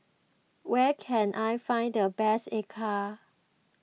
where can I find the best Acar